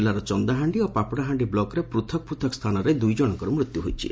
କିଲ୍ଲାର ଚନ୍ଦାହାଣ୍ଡି ଓ ପାପଡ଼ାହାଣ୍ଡି ବ୍ଲକରେ ପୃଥକ ପୃଥକ ସ୍ଚାନରେ ଦୁଇଜଶଙ୍କର ମୃତ୍ୟୁ ହୋଇଛି